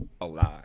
alive